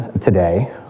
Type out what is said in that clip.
today